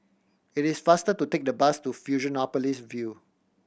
it is faster to take the bus to Fusionopolis View